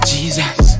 Jesus